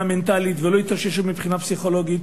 מנטלית ולא התאוששו מבחינה פסיכולוגית,